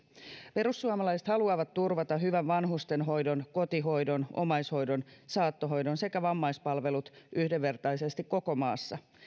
perussuomalaiset haluavat turvata hyvän vanhustenhoidon kotihoidon omaishoidon saattohoidon sekä vammaispalvelut yhdenvertaisesti koko maassa